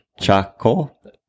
Charcoal